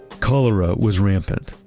cholera was rampant.